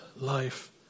life